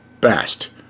Best